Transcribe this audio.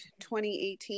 2018